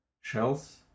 shells